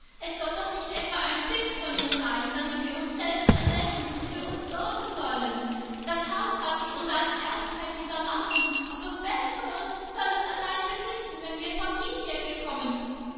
es soll doch nicht etwa ein pfiff von ihr sein damit wir uns selbst ernähren und für uns sorgen sollen das haus hat sie uns als erbteil hinterlassen aber wer von uns soll es allein besitzen wenn wir familie bekommen